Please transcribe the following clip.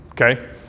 okay